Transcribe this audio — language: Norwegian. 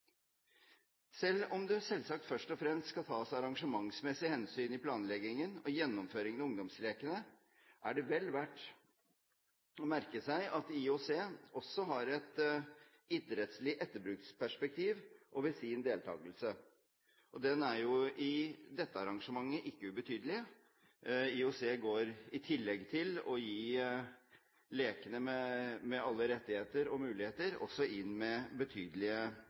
Selv om det selvsagt først og fremst skal tas arrangementsmessige hensyn i planleggingen og gjennomføringen av ungdomslekene, er det vel verdt å merke seg at IOC også har et idrettslig etterbruksperspektiv i sin deltakelse. Det er i dette arrangementet ikke ubetydelig. IOC går, i tillegg til å gi lekene med alle rettigheter og muligheter, også inn med betydelige